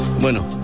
bueno